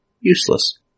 Useless